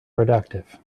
productive